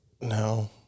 No